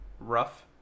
rough